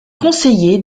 conseillé